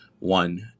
one